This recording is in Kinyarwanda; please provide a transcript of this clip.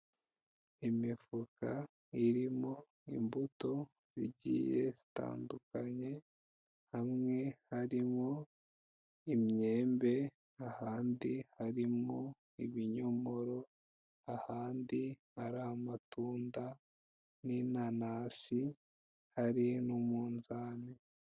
Imifuka irimo imbuto zigiye zitandukanye, hamwe harimo imyembe, ahandi harimo ibinyomoro, ahandi hari amatunda n'inanasi hari n'umunzani